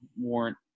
warrant